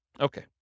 Okay